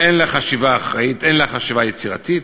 אין לה חשיבה אחראית, אין לה חשיבה יצירתית.